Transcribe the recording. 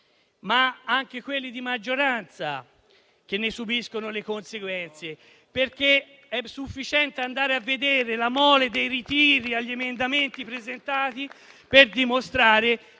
ma anche quelli di maggioranza, che ne subiscono le conseguenze. È sufficiente andare a vedere la mole dei ritiri di emendamenti presentati per dimostrare